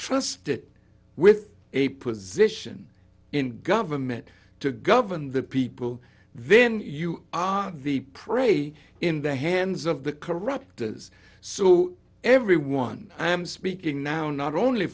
trusted with a position in government to govern the people then you are the primary in the hands of the corruptors so everyone i am speaking now not only